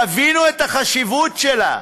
תבינו את החשיבות שלה.